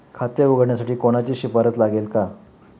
खाते उघडण्यासाठी कोणाची शिफारस लागेल का?